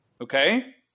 okay